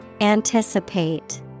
Anticipate